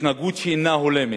והתנהגות שאינה הולמת.